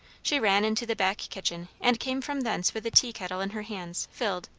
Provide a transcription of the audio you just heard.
she ran into the back kitchen, and came from thence with the tea-kettle in her hands, filled.